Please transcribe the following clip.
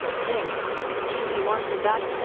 didn t he want to die?